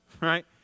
Right